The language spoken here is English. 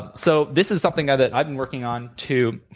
but so this is something that i've been working on, too,